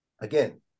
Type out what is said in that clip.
again